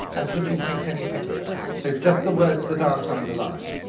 and could you paint any picture. so just the words that aren't underlined.